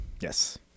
Yes